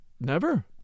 Never